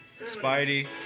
Spidey